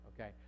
okay